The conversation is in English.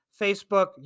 Facebook